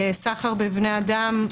סחר בבני אדם,